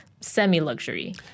semi-luxury